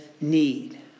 need